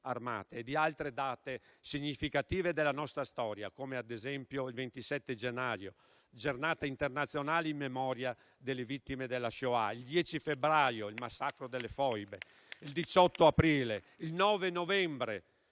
e altre date significative della nostra storia, come ad esempio il 27 gennaio, Giornata internazionale in memoria delle vittime della Shoah; il 10 febbraio, il massacro delle Foibe; il 18 aprile; il 9 novembre,